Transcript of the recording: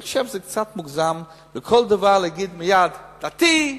אני חושב שזה קצת מוגזם בכל דבר להגיד מייד: דתיים,